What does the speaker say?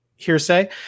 hearsay